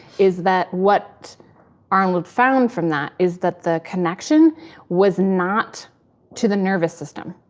is that what arnold found from that is that the connection was not to the nervous system.